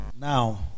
Now